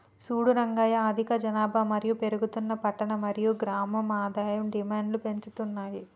సూడు రంగయ్య అధిక జనాభా మరియు పెరుగుతున్న పట్టణ మరియు గ్రామం ఆదాయం డిమాండ్ను పెంచుతున్నాయి